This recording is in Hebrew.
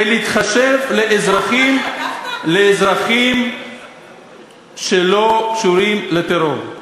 להתחשב באזרחים שלא קשורים לטרור.